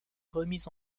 remis